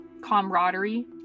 camaraderie